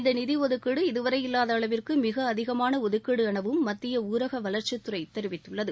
இந்த நிதி ஒதுக்கீடு இதுவரை இல்லாத அளவிற்கு மிக அதிகமான ஒதுக்கீடு எனவும் மத்திய ஊரக வளர்ச்சித்துறை தெரிவித்துள்ளது